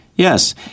Yes